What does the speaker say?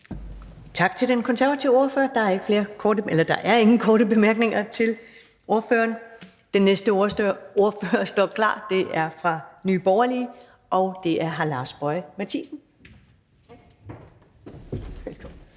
Tak til den konservative ordfører. Der er ingen korte bemærkninger til ordføreren. Den næste ordfører står klar. Det er fra Nye Borgerlige, og det er hr. Lars Boje Mathiesen.